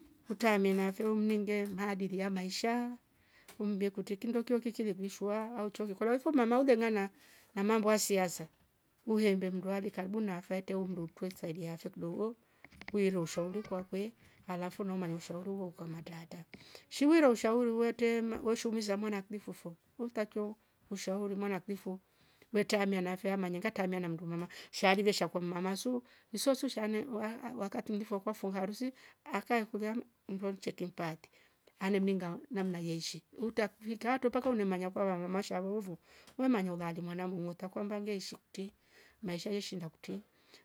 . Hutae mina fyo mninge maadili ya maisha humbe kute kindo kiokiki vimimshwa au churi kolweka hu mama ulengana na mamba wa siasa huyembe mndualike karibu na kaate umndutwe kaila acha kidoko ohh weru shouru kwakwe halafu naumanisha urovo ka mataata. shiwiro ushauri uvwete mma weshumiza mwana klifofo utachio ushauri mwana klifo wetamia mlafia manya tamia namndu mama shavire shkwa mma su nsosusa shane uvwala vakatundifo fokwa fo harusi akaenkulime ndo ncheke mtate. ale mnimga namna yesihi hurta virtatu mpaka umemanya kua wa mama shavuvo humanya uulale mwana muoota kwamba ngeishi kute maisha ishi ndokute